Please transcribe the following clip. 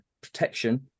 protection